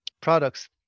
products